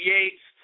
Yates